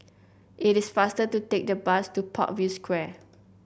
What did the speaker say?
it is faster to take the bus to Parkview Square